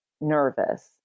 nervous